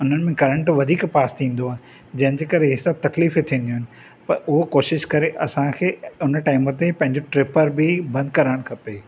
उन्हनि में करंट वधीक पास थींदो आहे जंहिं जे करे ही सभु तकलीफ़ थींदियूं आहिनि पर उहो कोशिशु करे असांखे उन टाइम ते पंहिंजो ट्रिपर बि बंद करणु खपे